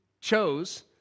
chose